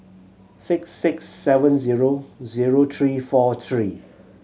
six six seven zero zero three four three